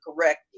correct